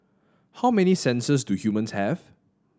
how many senses do humans have